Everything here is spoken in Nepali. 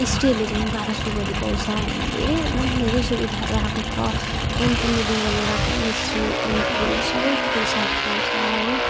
एसटीहरूले झन् बाह्र सय गरी पाउँछ हैन धेरैभन्दा पनि धेरै सुविधाहरू आएको छ फोन किन्नेदेखिन्को लिएर कन्याश्री इनपुट सबैको पैसाहरू पाउँछ हो